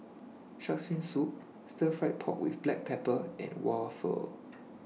Shark's Fin Soup Stir Fried Pork with Black Pepper and Waffle